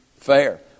Fair